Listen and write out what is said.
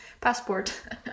passport